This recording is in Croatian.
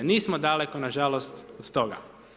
Nismo daleko, nažalost, od toga.